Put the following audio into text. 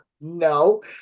no